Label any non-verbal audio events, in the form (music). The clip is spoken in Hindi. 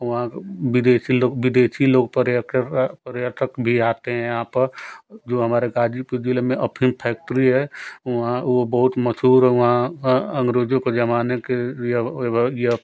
वहाँ विदेशी लो विदेशी लोग पर्यटक पर्यटक भी आते हैं यहाँ पर जो हमारे गाजीपुर ज़िले में अफ़ीम फैक्टरी है वहाँ वो बहुत मशहूर वहाँ अंग्रेजों के ज़माने के (unintelligible)